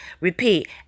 Repeat